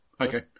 okay